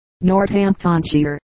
Northamptonshire